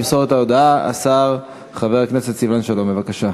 ימסור את ההודעה השר חבר הכנסת סילבן שלום, בבקשה.